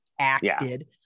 acted